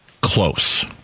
close